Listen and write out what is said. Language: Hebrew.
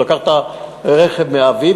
הוא לקח את הרכב מאביו,